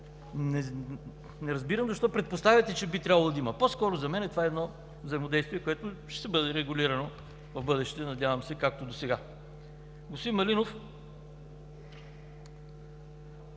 Не разбирам защо предпоставяте, че би трябвало да има. За мен това по-скоро е взаимодействие, което ще бъде регулирано в бъдеще, надявам се, както досега. Господин Малинов,